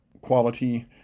quality